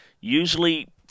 usually –